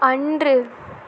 அன்று